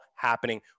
happening